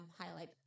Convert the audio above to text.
highlight